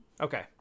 Okay